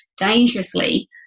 dangerously